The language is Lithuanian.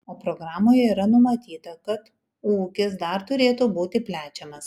o programoje yra numatyta kad ūkis dar turėtų būti plečiamas